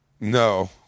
No